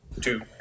Two